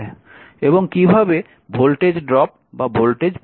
এবং কীভাবে voltage drop বা ভোল্টেজ বৃদ্ধি পাবে